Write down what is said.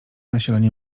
nasilenie